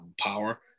power